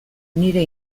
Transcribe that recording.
nire